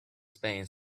spain